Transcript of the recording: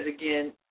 again